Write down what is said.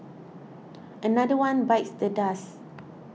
another one bites the dust